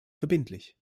verbindlich